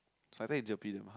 sci tech gerpe damn hard